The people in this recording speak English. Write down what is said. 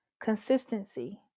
Consistency